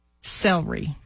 celery